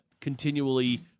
continually